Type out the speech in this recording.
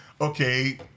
okay